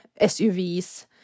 SUVs